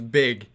big